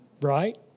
Right